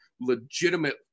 legitimate